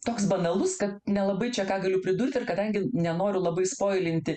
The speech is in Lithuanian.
toks banalus kad nelabai čia ką galiu pridurt ir kadangi nenoriu labai spoilinti